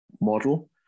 model